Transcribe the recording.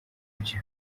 byo